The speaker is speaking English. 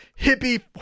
hippie